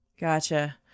Gotcha